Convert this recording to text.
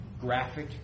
graphic